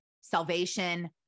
salvation